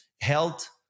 health